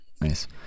Nice